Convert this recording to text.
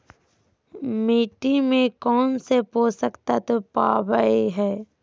मिट्टी में कौन से पोषक तत्व पावय हैय?